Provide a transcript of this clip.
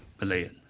Malayan